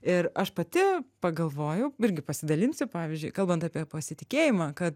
ir aš pati pagalvojau irgi pasidalinsiu pavyzdžiui kalbant apie pasitikėjimą kad